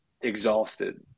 exhausted